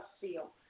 feel